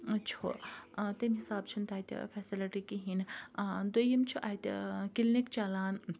چھُ تمہ حِساب چھُ نہٕ تَتہِ فیسَلٹی کِہینۍ دوٚیِم چھُ اَتہِ کِلنِک چَلان